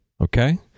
okay